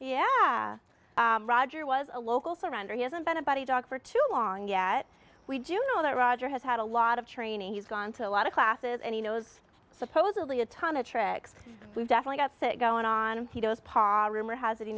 yeah roger was a local surrender he hasn't been a body doc for too long yet we do know that roger has had a lot of training he's gone to a lot of classes and he knows supposedly a ton of tricks we've definitely got sick going on and he knows pottery moore has